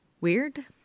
Weird